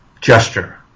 gesture